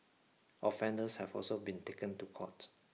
offenders have also been taken to court